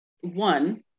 one